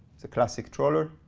it's a classic trawler.